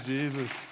Jesus